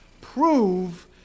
prove